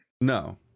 No